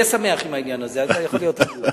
יהיה שמח עם העניין הזה, אתה יכול להיות רגוע.